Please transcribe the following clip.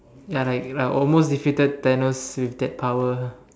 ya like I almost defeated Thanos with that power ah